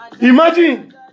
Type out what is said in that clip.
Imagine